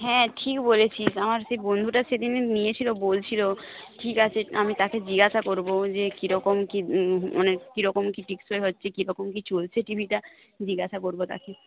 হ্যাঁ ঠিক বলেছিস আমার সেই বন্ধুটা সেদিনে নিয়েছিল বলছিল ঠিক আছে আমি তাকে জিজ্ঞাসা করব যে কীরকম কী মানে কীরকম কী টেকসই হচ্ছে কীরকম কী চলছে টিভিটা জিজ্ঞাসা করব তাকে